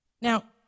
Now